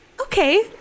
Okay